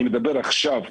אני מדבר עכשיו,